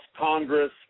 Congress